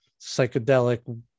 psychedelic